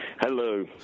Hello